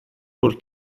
por